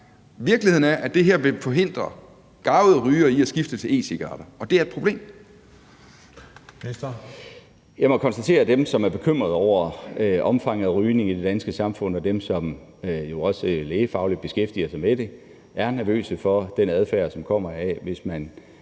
formand (Christian Juhl): Ministeren. Kl. 19:32 Skatteministeren (Morten Bødskov): Jeg må konstatere, at dem, som er bekymret over omfanget af rygning i det danske samfund, og dem, som også lægefagligt beskæftiger sig med det, er nervøse for den adfærd, som kommer, hvis man